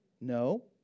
No